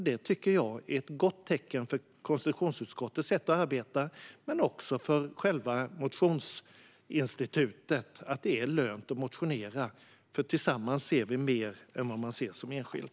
Detta tycker jag är ett gott tecken när det gäller konstitutionsutskottets sätt att arbeta, men också när det gäller själva motionsinstitutet. Det är lönt att motionera, för tillsammans ser vi mer än man ser som enskild.